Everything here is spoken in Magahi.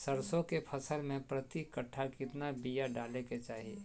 सरसों के फसल में प्रति कट्ठा कितना बिया डाले के चाही?